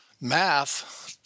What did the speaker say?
math